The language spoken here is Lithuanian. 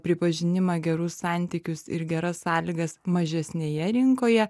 pripažinimą gerus santykius ir geras sąlygas mažesnėje rinkoje